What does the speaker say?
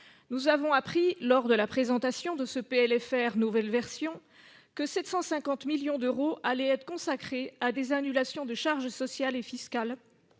Nous avons appris, lors de la présentation de ce PLFR « nouvelle version », que 750 millions d'euros allaient être consacrés à des annulations de charges sociales et fiscales,